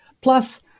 Plus